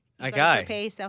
Okay